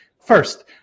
first